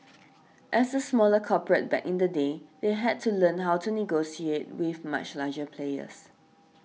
as a smaller corporate back in the day they had to learn how to negotiate with much larger players